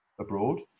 abroad